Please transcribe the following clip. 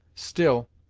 still,